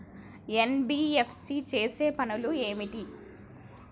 NBFC చేసే పనులు ఏమిటి?